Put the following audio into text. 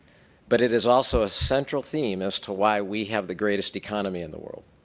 but it is also ah central theme as to why we have the greatest economy in the world.